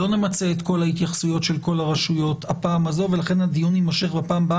לא נמצה את כל התייחסויות של כל הרשויות בפעם הזו.